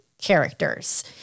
characters